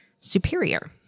superior